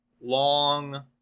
long